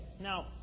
Now